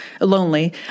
lonely